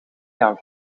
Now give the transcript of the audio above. gaan